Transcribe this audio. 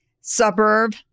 suburb